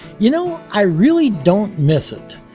you know, i really don't miss it.